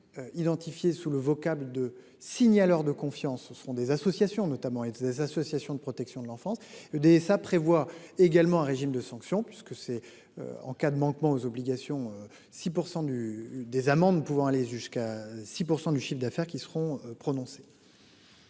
identifiée sous le vocable de signer alors de confiance seront des associations notamment étaient des associations de protection de l'enfance des sa prévoit également un régime de sanctions puisque c'est en cas de manquement aux obligations 6% du des amendes pouvant aller jusqu'à 6% du chiffre d'affaires qui seront prononcées.